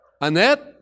Annette